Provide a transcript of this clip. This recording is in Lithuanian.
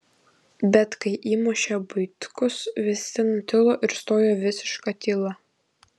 bet kai įmušė buitkus visi nutilo ir stojo visiška tyla